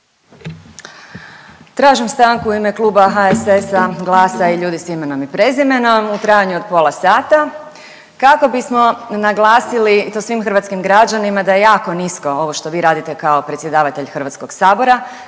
Tražim stanku u ime kluba HSS-a, GLASA i Ljudi sa imenom i prezimenom u trajanju od pola sata kako bismo naglasili i to svim hrvatskim građanima, da je jako nisko ovo što vi radite kao predsjedavatelj Hrvatskog sabora.